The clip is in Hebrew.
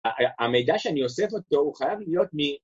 ‫המידע שאני אוסף אותו ‫הוא חייב להיות מ...